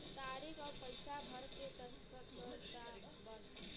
तारीक अउर पइसा भर के दस्खत कर दा बस